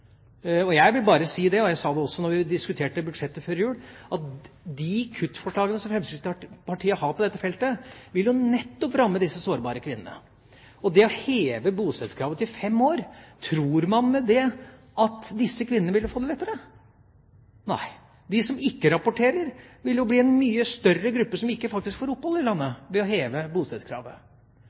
Jeg vil bare si – jeg sa det også da vi diskuterte budsjettet før jul – at de kuttforslagene som Fremskrittspartiet har på dette feltet, vil nettopp ramme disse sårbare kvinnene. Tror man at disse kvinnene ville få det lettere hvis man hever bostedskravet til fem år? Nei, hvis en hever bostedskravet, vil de som ikke rapporterer, bli en mye større gruppe, som faktisk ikke får opphold i landet.